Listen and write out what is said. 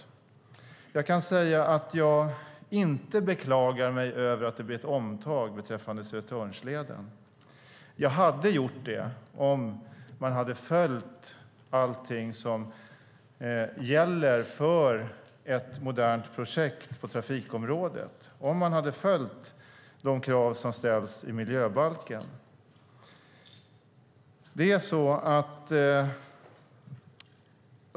Jag kan säga att jag inte beklagar att det blir ett omtag beträffande Södertörnsleden. Jag hade beklagat det om man hade följt allt som gäller för ett modernt projekt på trafikområdet, om man hade följt de krav som ställs i miljöbalken.